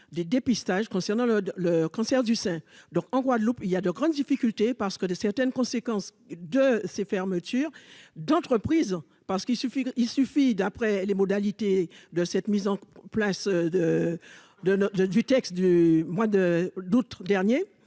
des dépistages concernant le le cancer du sein, donc en Guadeloupe il y a de grandes difficultés parce que des certaines conséquences de ces fermetures d'entreprises, parce qu'il suffit, il suffit d'un. Après les modalités de cette mise en place de, de, de, du texte du mois de d'août dernier,